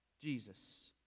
Jesus